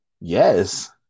Yes